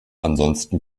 ansonsten